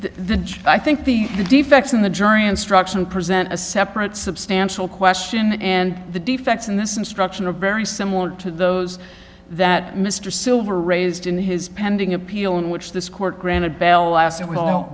judge i think the defects in the jury instruction present a separate substantial question and the defects in this instruction a very similar to those that mr silver raised in his pending appeal in which this court granted bail last and we all